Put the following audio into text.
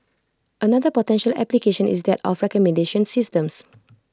another potential application is that of recommendation systems